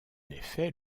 effet